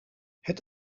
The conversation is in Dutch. het